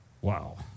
Wow